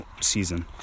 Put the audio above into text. season